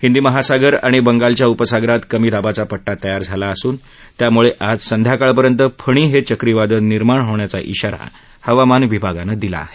हिंदी महासागर आणि बंगालच्या उपसागरात कमी दाबाचा पट्टा तयार झाला असून त्यामुळे आज संध्याकाळपर्यंत फणी हे चक्रीवादळ निर्माण होण्याचा इशारा हवामान विभागानं दिला आहे